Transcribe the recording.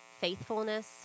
faithfulness